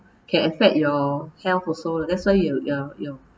can affect your health also that's why you you you